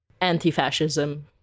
anti-fascism